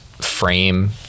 frame